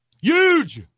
huge